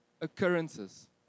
occurrences